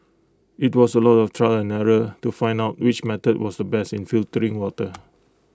IT was A lot of trial and error to find out which method was the best in filtering water